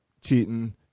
cheating